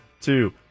two